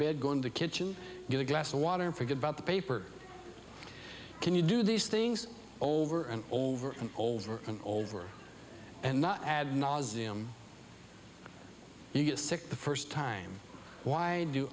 bed going to kitchen get a glass of water and forget about the paper can you do these things over and over and over and over and not ad nauseum you get sick the first time why do